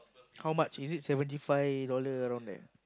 how much is it seventy five dollar around there